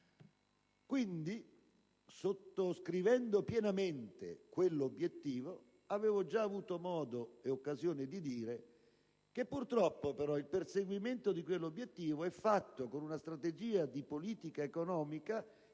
Quindi, sottoscrivendo pienamente quell'obiettivo, avevo già avuto modo e occasione di dire che purtroppo, però, il perseguimento dello stesso è realizzato con una strategia di politica economica